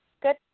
good